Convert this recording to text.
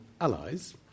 allies